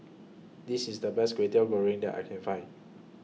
This IS The Best Kwetiau Goreng that I Can Find